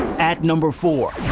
at number four.